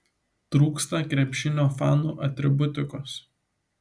trūksta krepšinio fanų atributikos